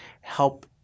help